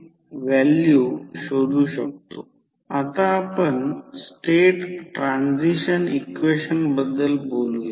म्हणून बी minimum load resistance V2 I2 असेल